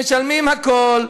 משלמים הכול.